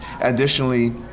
Additionally